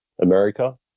America